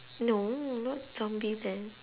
no not zombieland